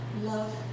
Love